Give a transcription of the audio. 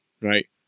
right